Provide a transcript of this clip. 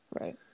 right